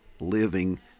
living